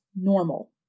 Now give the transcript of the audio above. normal